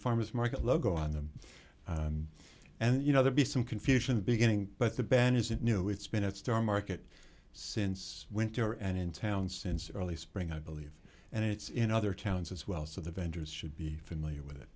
farmer's market logo on them and you know there be some confusion beginning but the ban isn't new it's been at store market since winter and in town since early spring i believe and it's in other towns as well so the vendors should be familiar with it